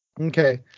Okay